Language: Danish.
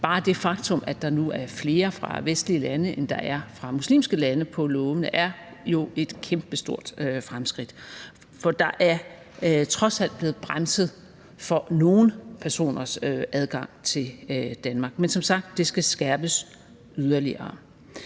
Bare det faktum, at der nu er flere fra vestlige lande på lovene, end der er fra muslimske lande, er jo et kæmpestort fremskridt. For der er trods alt blevet bremset for nogle personers adgang til Danmark. Men som sagt: Det skal skærpes yderligere.